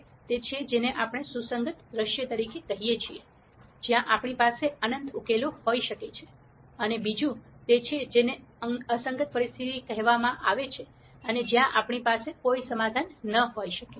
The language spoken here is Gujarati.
એક તે છે જેને આપણે સુસંગત દૃશ્ય તરીકે કહીએ છીએ જ્યાં આપણી પાસે અનંત ઉકેલો હોઈ શકે છે અને બીજું તે છે જેને અસંગત પરિસ્થિતિ કહેવામાં આવે છે જ્યાં આપણી પાસે કોઈ સમાધાન ન હોઈ શકે